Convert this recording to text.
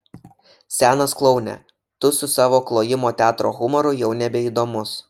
senas kloune tu su savo klojimo teatro humoru jau nebeįdomus